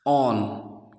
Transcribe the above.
on